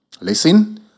Listen